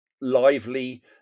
lively